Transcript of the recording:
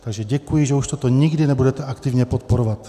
Takže děkuji, že už toto nikdy nebudete aktivně podporovat.